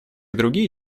другие